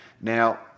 Now